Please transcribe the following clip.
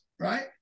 right